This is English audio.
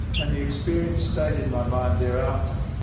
and the experience stayed in my mind thereafter.